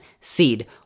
seed